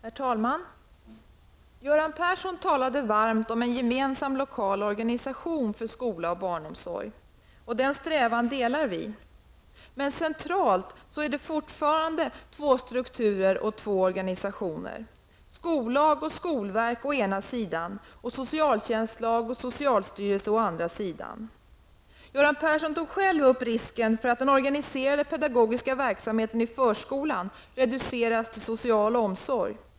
Herr talman! Göran Persson talade varmt om en gemensam lokal organisation för skola och barnomsorg, och denna strävan delar vi. Men centralt är det fortfarande två strukturer och två organisationer: å ena sidan skollag och skolverk, å andra sidan socialtjänst och socialstyrelse. Göran Persson tog själv upp risken för att den organiserade pedagogiska verksamheten i folkskolan reduceras till social omsorg.